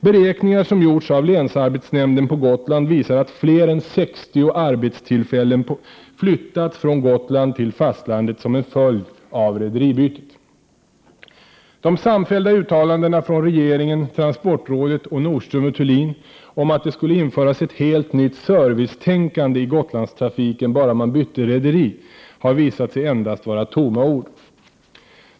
Beräkningar som gjorts av länsarbetsnämnden på Gotland visar att fler än 60 arbetstillfällen flyttats från Gotland till fastlandet som en följd av rederibytet. De samfällda uttalandena från regeringen, transportrådet och Nordström & Thulin om att det skulle införas ett helt nytt servicetänkande i Gotlandstrafiken bara man bytte rederi har visat sig endast vara tomma ord.